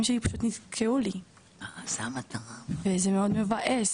שלי פשוט נתקעו לי וזה מאוד מבאס,